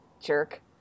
Jerk